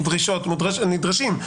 דרישות הם נדרשים.